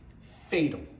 fatal